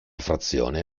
frazione